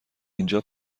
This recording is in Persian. اینجا